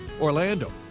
Orlando